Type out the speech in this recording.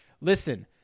listen